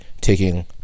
taking